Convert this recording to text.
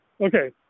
Okay